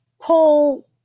pull